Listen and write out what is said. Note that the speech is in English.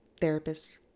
therapist